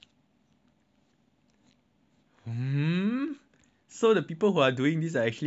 mmm so the people who are doing this are actually N_U_S students